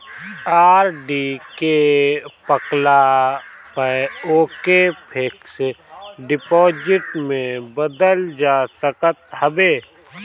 RD के पकला पअ ओके फिक्स डिपाजिट में बदल जा सकत हवे